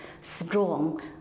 strong